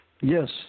Yes